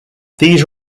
these